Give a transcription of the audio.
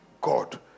God